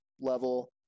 level